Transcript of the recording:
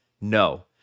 No